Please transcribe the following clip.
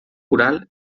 oral